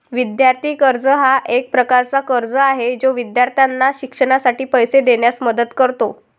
विद्यार्थी कर्ज हा एक प्रकारचा कर्ज आहे जो विद्यार्थ्यांना शिक्षणासाठी पैसे देण्यास मदत करतो